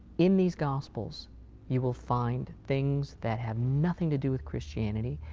in these gospels you will find things that have nothing to do with christianity.